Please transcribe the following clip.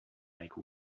make